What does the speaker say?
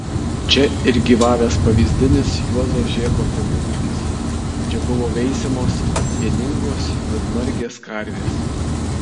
čia ir gyvavęs pavyzdinis juozo žėko tėvų ūkis čia buvo veisiamos pieningos juodmargės karvės